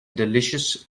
delicious